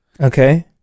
okay